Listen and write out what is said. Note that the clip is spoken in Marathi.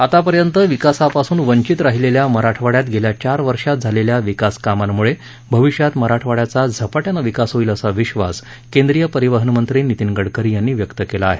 आतापर्यंत विकासापासून वंचित राहिलेल्या मराठवाड्यात गेल्या चार वर्षात झालेल्या विकास कामांमुळे भविष्यात मराठवाड्याचा झपाट्यानं विकास होईल असा विश्वास केंद्रीय परिवहन मंत्री नितीन गडकरी यांनी व्यक्त केलं आहे